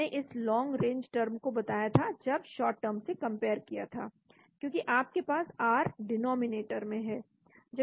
मैंने इस long range term को बताया था जब शार्ट टर्म से कंपेयर किया था क्योंकि आपके पास r डिनॉमिनेटर में है